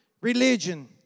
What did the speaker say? religion